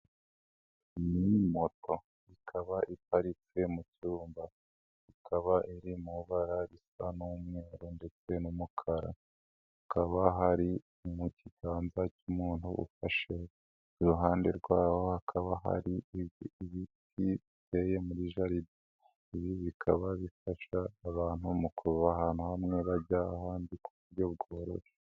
Iyi moto, ikaba iparitse mu cyumba, ikaba iri mu barara risa n'umweru ndetse n'umukara, hakaba hari mu kiganza cy'umuntu ufashe, iruhande rwabo hakaba hari ibyo ibiti biteye muri jaride, ibi bikaba bifasha abantu mu kuba ahantu hamwe bajya ahandi ku buryo bworoshye.